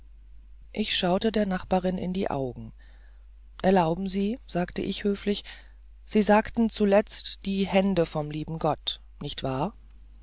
ich schaute der nachbarin in die augen erlauben sie sagte ich recht höflich sie sagten zuletzt die hände vom lieben gott nichtwahr